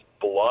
blood